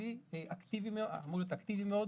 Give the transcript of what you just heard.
הכלי של ה-Reaching out אמור להיות אקטיבי מאוד,